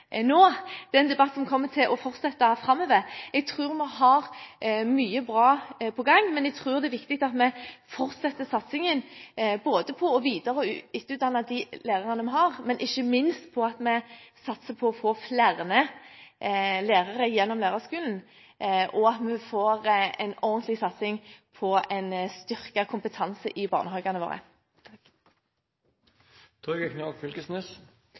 nå. Debatten kommer til å fortsette framover. Jeg tror vi har mye bra på gang, men jeg tror det er viktig at vi fortsetter satsingen på å videreutdanne og etterutdanne de lærerne vi har, men ikke minst at vi satser på å få flere lærere gjennom lærerskolen, og at vi får en ordentlig satsing på en styrket kompetanse i barnehagene våre.